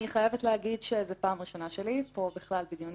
אני חייבת להגיד שזו פעם ראשונה שלי פה בכלל בדיונים